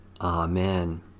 Amen